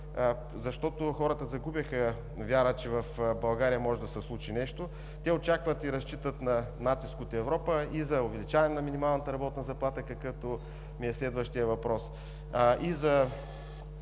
защото хората загубиха вяра, че в България може да се случи нещо. Те очакват и разчитат на натиск от Европа и за увеличаване на минималната работна заплата, какъвто ми е следващият въпрос, и за